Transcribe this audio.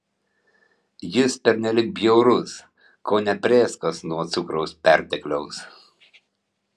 jis pernelyg bjaurus kone prėskas nuo cukraus pertekliaus